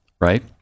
right